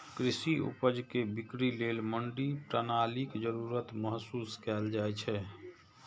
कृषि उपज के बिक्री लेल मंडी प्रणालीक जरूरत महसूस कैल जाइ छै